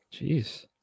Jeez